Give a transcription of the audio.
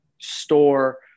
store